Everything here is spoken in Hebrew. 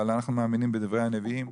אבל אנחנו מאמינים בדברי הנביאים,